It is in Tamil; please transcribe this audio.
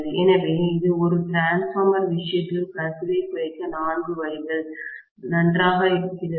எனவே இவை ஒரு டிரான்ஸ்பார்மர் விஷயத்தில் கசிவை குறைக்க நான்கு வழிகள் நன்றாக இருக்கிறதா